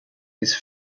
his